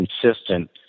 consistent